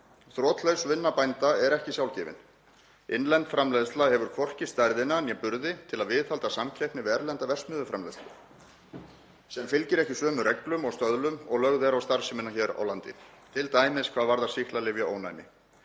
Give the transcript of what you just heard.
Þrotlaus vinna bænda er ekki sjálfgefin. Innlend framleiðsla hefur hvorki stærðina né burði til að viðhalda samkeppni við erlenda verksmiðjuframleiðslu sem fylgir ekki sömu reglum og stöðlum og lögð er á starfsemina hér á landi, t.d. hvað varðar sýklalyfjaónæmi.